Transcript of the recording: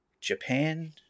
japan